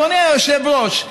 אדוני היושב-ראש,